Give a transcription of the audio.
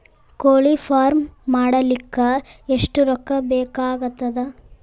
ಕೋಳಿ ಫಾರ್ಮ್ ಮಾಡಲಿಕ್ಕ ಎಷ್ಟು ರೊಕ್ಕಾ ಬೇಕಾಗತದ?